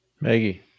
Maggie